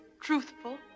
truthful